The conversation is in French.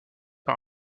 par